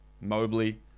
Mobley